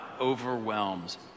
overwhelms